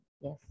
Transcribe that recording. Yes